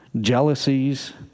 jealousies